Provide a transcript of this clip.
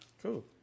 Cool